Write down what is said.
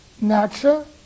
Nature